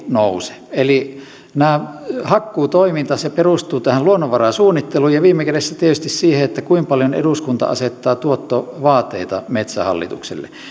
nouse eli hakkuutoiminta perustuu tähän luonnonvarasuunnitteluun ja viime kädessä tietysti siihen kuinka paljon eduskunta asettaa tuottovaateita metsähallitukselle